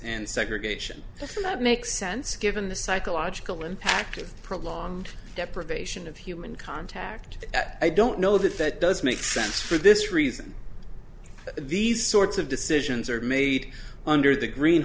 and segregation the thing that makes sense given the psychological impact prolonged deprivation of human contact i don't know that that does make sense for this reason these sorts of decisions are made under the green